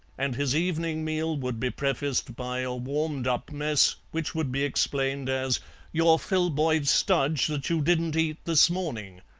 and his evening meal would be prefaced by a warmed-up mess which would be explained as your filboid studge that you didn't eat this morning.